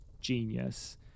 genius